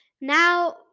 now